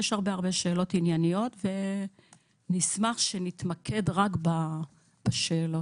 יש הרבה שאלות ענייניות ונשמח שנתמקד רק בשאלות.